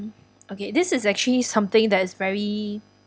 okay this is actually something that is very